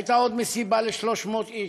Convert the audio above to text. והייתה עוד מסיבה ל-300 איש.